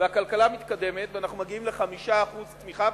והכלכלה מתקדמת ואנחנו מגיעים ל-5% צמיחה,